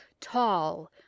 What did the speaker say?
tall